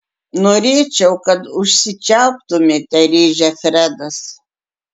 norėčiau kad užsičiauptumėte rėžia fredas